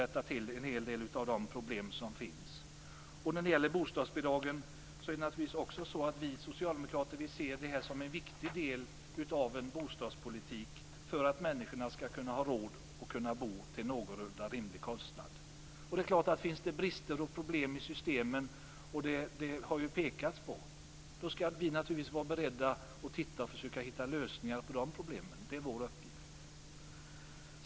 När det gäller bostadsbidragen ser vi socialdemokrater dem som en viktig del av en bostadspolitik för att människor skall ha råd att bo till någorlunda rimlig kostnad. Finns det brister och problem i systemen, då skall vi naturligtvis vara beredda att försöka att hitta lösningar på dessa problem, det är vår uppgift.